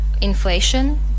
inflation